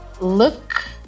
look